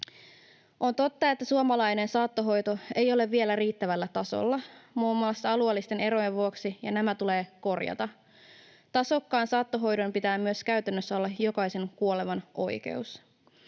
On totta, että suomalainen saattohoito ei ole vielä riittävällä tasolla muun muassa alueellisten erojen vuoksi, ja nämä tulee korjata. Tasokkaan saattohoidon pitää myös käytännössä olla jokaisen kuolevan oikeus.